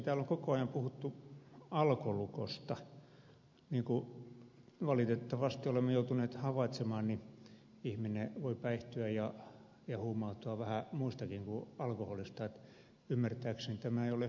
täällä on koko ajan puhuttu alkolukosta mutta niin kuin valitettavasti olemme joutuneet havaitsemaan ihminen voi päihtyä ja huumautua vähän muustakin kuin alkoholista että ymmärtääkseni tämä ei ole huumelukko